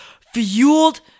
Fueled